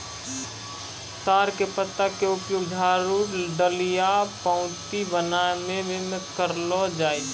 ताड़ के पत्ता के उपयोग झाड़ू, डलिया, पऊंती बनाय म भी करलो जाय छै